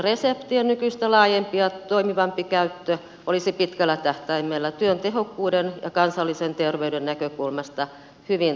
myös sähköisten reseptien nykyistä laajempi ja toimivampi käyttö olisi pitkällä tähtäimellä työn tehokkuuden ja kansallisen terveyden näkökulmasta hyvin tärkeää